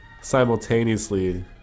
simultaneously